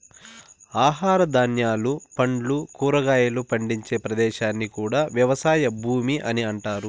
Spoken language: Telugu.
ఆహార ధాన్యాలు, పండ్లు, కూరగాయలు పండించే ప్రదేశాన్ని కూడా వ్యవసాయ భూమి అని అంటారు